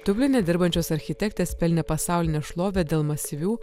dubline dirbančios architektės pelnė pasaulinę šlovę dėl masyvių